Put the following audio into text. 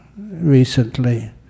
recently